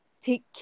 take